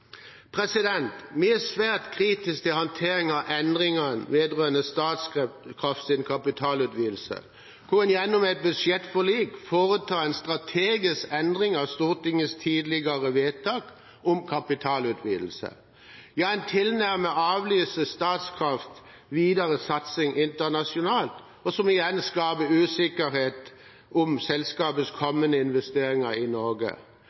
Vi er svært kritiske til håndteringen av endringene vedrørende Statkrafts kapitalutvidelse, der en gjennom et budsjettforlik foretar en strategisk endring av Stortingets tidligere vedtak om kapitalutvidelse. Ja, en tilnærmet avlyser Statkrafts videre satsing internasjonalt, noe som igjen skaper usikkerhet om selskapets kommende investeringer i Norge.